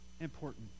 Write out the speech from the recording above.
important